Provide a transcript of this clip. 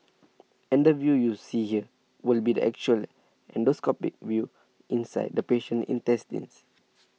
and the view you see here will be the actual endoscopic view inside the patient's intestines